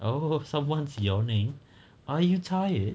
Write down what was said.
oh someone's yawning are you tired